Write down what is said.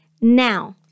now